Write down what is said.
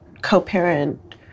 co-parent